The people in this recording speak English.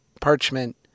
parchment